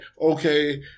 okay